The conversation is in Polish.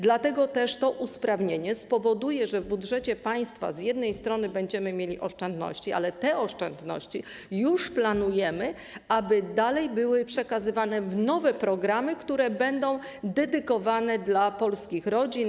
Dlatego też to usprawnienie spowoduje, że w budżecie państwa z jednej strony będziemy mieli oszczędności, ale te oszczędności już planujemy, aby dalej były przekazywane na nowe programy, które będą dedykowane dla polskich rodzin.